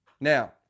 Now